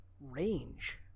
range